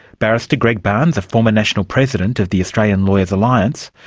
barrister greg barns, a former national president of the australian lawyers' alliance,